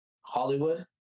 Hollywood